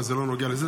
אבל זה לא נוגע לזה.